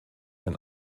wenn